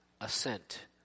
assent